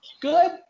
good